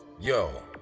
Yo